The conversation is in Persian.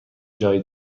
جای